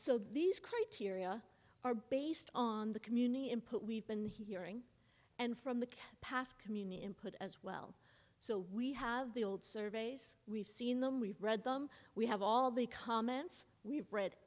so these criteria are based on the community input we've been hearing and from the past community input as well so we have the old surveys we've seen them we've read them we have all the comments we've read